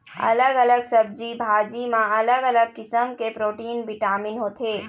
अलग अलग सब्जी भाजी म अलग अलग किसम के प्रोटीन, बिटामिन होथे